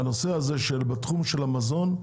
בנושא הזה בתחום המזון,